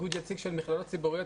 של מכללות ציבוריות.